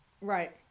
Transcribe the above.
Right